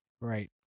Right